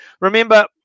Remember